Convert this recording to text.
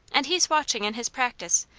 and he's watching in his practice,